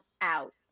out